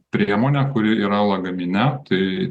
priemonę kuri yra lagamine tai